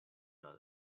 not